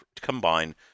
combine